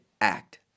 act